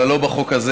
אבל לא בחוק הזה